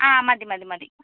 ആ മതി മതി മതി